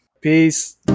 Peace